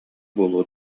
буолуо